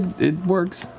it works?